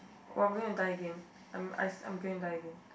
oh I'm going to die again I'm I I'm going to die again